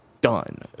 done